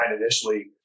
initially